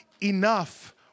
Enough